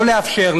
לא לאפשר,